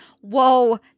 whoa